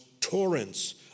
torrents